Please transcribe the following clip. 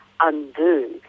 undo